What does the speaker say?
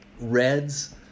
Reds